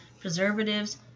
preservatives